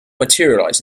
materialize